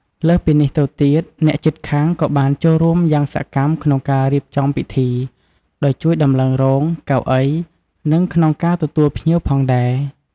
លើសពីនេះទៅទៀត អ្នកជិតខាងក៏បានចូលរួមយ៉ាងសកម្មក្នុងការរៀបចំពិធី ដោយជួយដំឡើងរោង កៅអី និង ក្នុងការទទួលភ្ញៀវផងដែរ។